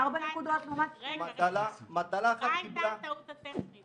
מה הייתה הטעות הטכנית?